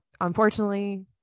unfortunately